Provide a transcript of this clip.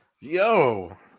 Yo